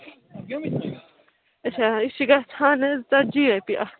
اَچھا یہِ چھِ گژھان حظ ژَتجی رۄپیہِ اَکھ